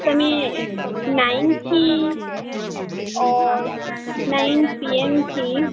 તમે નાઇનથી નાઇન પીએમથી